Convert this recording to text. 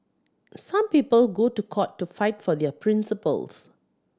some people go to court to fight for their principles